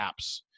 apps